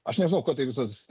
aš nežinau kuo tai visas